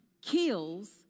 kills